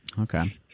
Okay